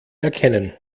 erkennen